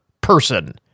person